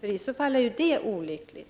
Det vore i så fall olyckligt.